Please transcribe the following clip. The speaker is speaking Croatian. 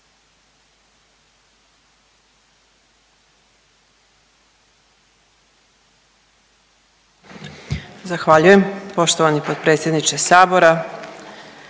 Zahvaljujem poštovani potpredsjedniče.